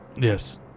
Yes